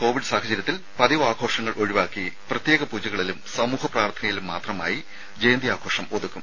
Covid സാഹചര്യത്തിൽ പതിവ് ആഘോഷങ്ങൾ ഒഴിവാക്കി പ്രത്യേക പൂജകളിലും സമൂഹ പ്രാർത്ഥനയിലും മാത്രമായി ജയന്തി ആഘോഷം ഒതുക്കും